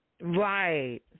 Right